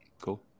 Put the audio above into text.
Cool